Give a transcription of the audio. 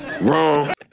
Wrong